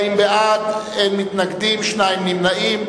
40 בעד, אין מתנגדים, שניים נמנעים.